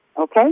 Okay